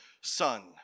son